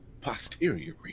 posterior